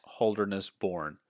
HoldernessBorn